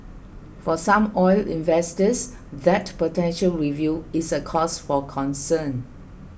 for some oil investors that potential review is a cause for concern